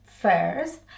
first